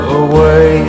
away